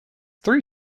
three